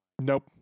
Nope